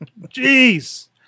jeez